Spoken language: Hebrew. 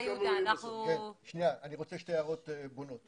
אני מבקש להעיר שתי הערות בונות: